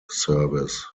service